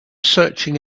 searching